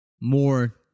more